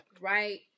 right